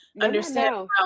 understand